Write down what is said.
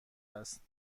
است